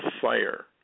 fire